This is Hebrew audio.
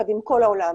יחד עם כל העולם,